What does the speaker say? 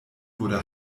wurde